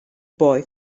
boy